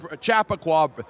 Chappaqua